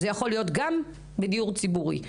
זה יכול להיות גם בדיור ציבורי.